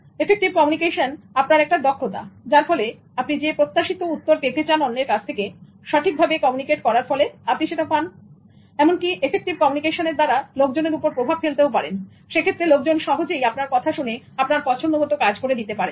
effective communication আপনার একটা দক্ষতা যার ফলে আপনি যে প্রত্যাশিত উত্তর পেতে চান অন্যের কাছ থেকে সঠিকভাবে কমিউনিকেট করার ফলে আপনি সেটা পান এমন কি এফেক্টিভ কমিউনিকেশনের দ্বারা লোকজনের উপর প্রভাব ফেলতে পারেনসেক্ষেত্রে লোকজন সহজেই আপনার কথা শুনে আপনার পছন্দ মতন কাজ করে দিতে পারেন